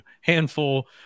handful